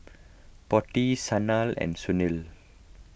Potti Sanal and Sunil